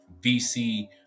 VC